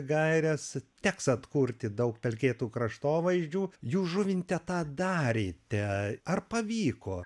gaires teks atkurti daug pelkėtų kraštovaizdžių jūs žuvinte tą darėte ar pavyko